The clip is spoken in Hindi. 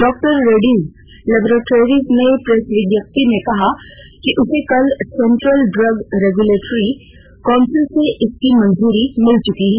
डॉक्टर रैड्डीज लेबोरेटरीज ने प्रेस विज्ञप्ति में कहा है कि उसे कल सेंट्रल ड्रग्स रेगुलेटरी कसौली से इसकी मंजूरी मिल चुकी है